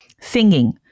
Singing